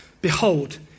Behold